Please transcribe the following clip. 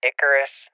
Icarus